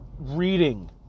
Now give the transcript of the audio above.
reading